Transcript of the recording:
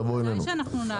ודאי שנעקוב.